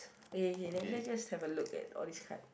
okay okay let's let's just have a look at all these card